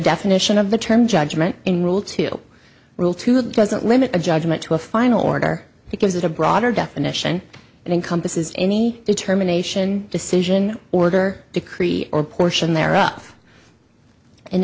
definition of the term judgement in rule two rule two doesn't limit a judgment to a final order because it a broader definition and encompasses any determination decision order decree or portion there up in